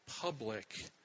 public